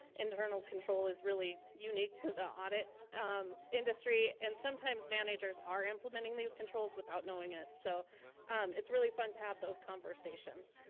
internal control is really unique to the audit industry, and sometimes managers are implementing these controls without knowing it. so it's really fun to have those conversations.